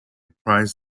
prize